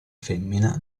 femmina